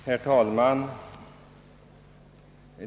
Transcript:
Herr talman!